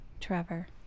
Trevor